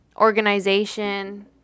organization